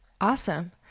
Awesome